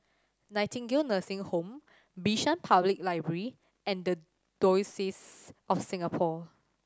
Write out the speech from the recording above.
Nightingale Nursing Home Bishan Public Library and The Diocese of Singapore